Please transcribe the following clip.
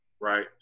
right